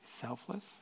Selfless